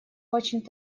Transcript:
очень